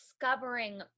discovering